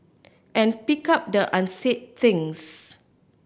and pick up the unsaid things